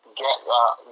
get